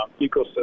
ecosystem